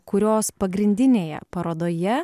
kurios pagrindinėje parodoje